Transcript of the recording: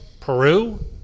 Peru